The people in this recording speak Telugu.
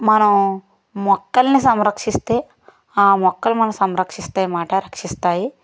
మనం మొక్కలని సంరక్షిస్తే ఆ మొక్కలు మనలని సంరక్షిస్తాయన్నమాట రక్షిస్తాయి